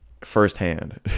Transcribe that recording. firsthand